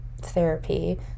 therapy